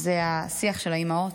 זה השיח של האימהות,